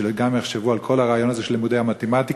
שגם יחשבו על כל הרעיון הזה של לימודי המתמטיקה,